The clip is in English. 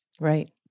Right